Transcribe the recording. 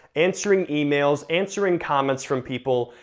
answering emails, answering comments from people,